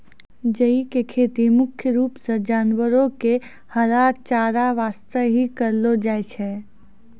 जई के खेती मुख्य रूप सॅ जानवरो के हरा चारा वास्तॅ हीं करलो जाय छै